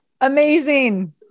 Amazing